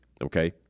okay